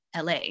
la